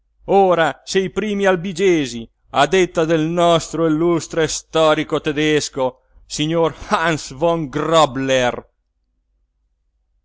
ora se i primi albigesi a detta del nostro illustre storico tedesco signor hans von grobler